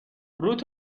روت